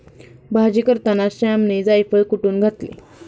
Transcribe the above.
भाजी करताना श्यामने जायफळ कुटुन घातले